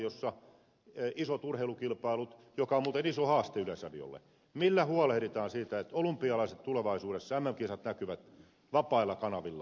jos on isot urheilukilpailut joka on muuten iso haaste yleisradiolle niin millä huolehditaan siitä että olympialaiset mm kisat tulevaisuudessa näkyvät vapailla kanavilla